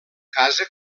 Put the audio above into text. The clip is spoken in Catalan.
casa